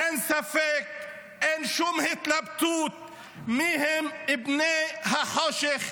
אין ספק, אין שום התלבטות מיהם בני החושך,